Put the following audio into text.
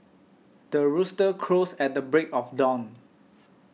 the rooster crows at the break of dawn